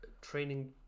training